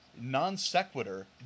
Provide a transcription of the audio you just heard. non-sequitur